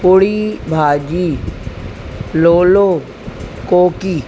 पूड़ी भाॼी लोलो कोकी